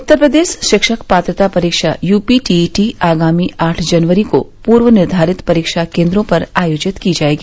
उत्तर प्रदेश शिक्षक पात्रता परीक्षा यूपी टीईटी आगामी आठ जनवरी को पूर्व निर्धारित परीक्षा केन्द्रों पर आयोजित की जायेगी